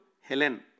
Helen